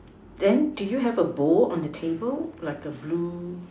then do you have a bowl on the table like a blue